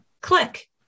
click